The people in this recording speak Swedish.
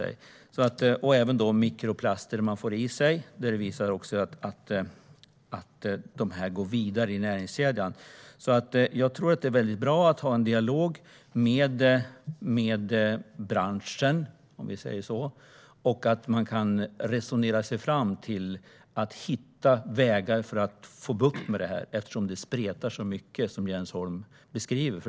Det handlar också om mikroplaster som fiskar får i sig och som går vidare i näringskedjan. Jag tror att det är mycket bra att man har en dialog med branschen och att man kan resonera sig fram och hitta vägar för att få bukt med detta, eftersom det spretar så mycket som Jens Holm beskriver.